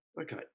okay